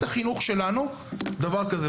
החינוך שלנו לאפשר לדבר כזה להתקיים.